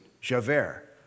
Javert